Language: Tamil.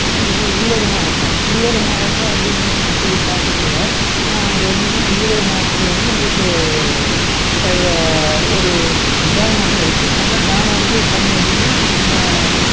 ஈரோடு மாவட்டம் ஈரோடு மாவட்டம் அப்படிங்க சொல்லிப் பார்க்கக்கூடிய எப்படின்னா ஈரோடு மாவட்டத்தில் வந்து உங்களுக்கு ஒரு டேம் ஒன்று இருக்கு அந்த டேம்மை வந்து தண்ணி எப்படின்னா அங்கே